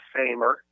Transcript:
Famer